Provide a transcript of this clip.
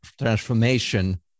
transformation